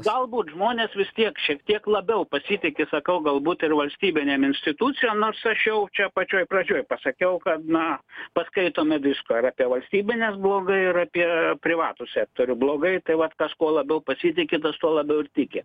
galbūt žmonės vis tiek šiek tiek labiau pasitiki sakau galbūt ir valstybinėm institucijom nors aš jau čia pačioj pradžioj pasakiau kad na paskaitome visko ir apie valstybines bloga ir apie privatų sektorių blogai tai vat kas kuo labiau pasitikint tas tuo labiau ir tiki